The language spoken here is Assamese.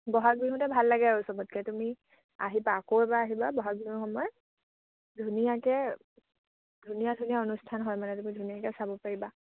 বহাগ বিহুতে ভাল লাগে আৰু চবতকে তুমি আহিবা আকৌ এবাৰ আহিবা বহাগ বিহুৰ সময়ত ধুনীয়াকে ধুনীয়া ধুনীয়া অনুষ্ঠান হয় মানে তুমি ধুনীয়াকে চাব পাৰিবা